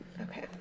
Okay